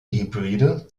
hybride